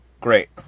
great